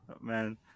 man